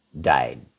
Died